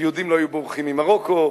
ויהודים לא היו בורחים ממרוקו,